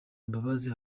imbabazi